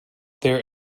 their